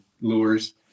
lures